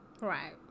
right